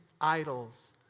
idols